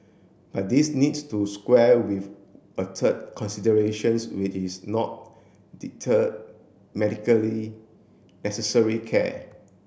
but this needs to square with a third considerations which is to not deter medically necessary care